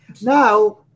Now